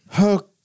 Okay